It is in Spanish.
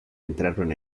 entraron